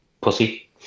pussy